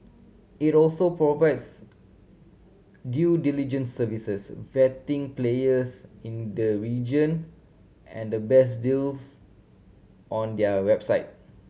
it also provides due diligence services vetting players in the region and the best deals on their website